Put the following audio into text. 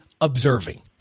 observing